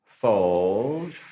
Fold